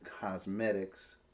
cosmetics